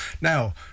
Now